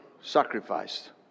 sacrificed